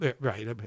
right